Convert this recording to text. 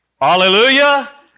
Hallelujah